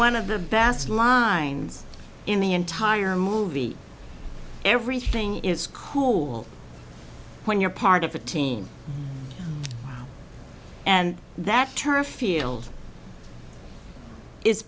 one of the bass lines in the entire movie everything is cool when you're part of a team and that turf field is